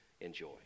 enjoy